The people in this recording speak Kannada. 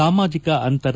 ಸಾಮಾಜಿಕ ಅಂತರ